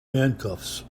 handcuffs